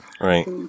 Right